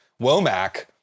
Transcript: Womack